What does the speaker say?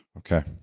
okay.